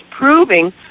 proving